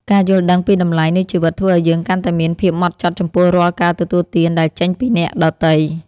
ការយល់ដឹងពីតម្លៃនៃជីវិតធ្វើឱ្យយើងកាន់តែមានភាពហ្មត់ចត់ចំពោះរាល់ការទទួលទានដែលចេញពីអ្នកដទៃ។